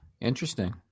Interesting